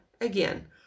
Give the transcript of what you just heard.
again